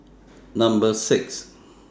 Number six